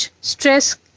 stress